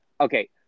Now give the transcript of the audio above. Okay